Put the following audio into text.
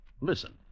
Listen